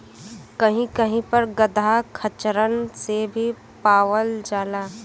कही कही पे गदहा खच्चरन से भी पावल जाला